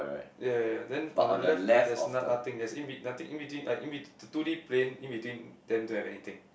ya ya ya then on the left there's no~ nothing there's in bet~ nothing in between like in totally plane in between them don't have anything